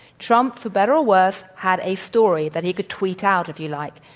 trump, for better or worse, had a story that he could tweet out, if you like.